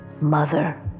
Mother